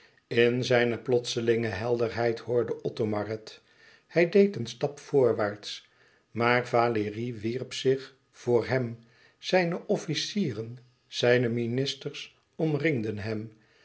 in zijne plotselinge helderheid hoorde othomar het hij deed een stap voorwaarts maar valérie wierp zich voor hem zijne officieren zijne ministers omringden hem